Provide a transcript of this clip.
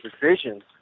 decisions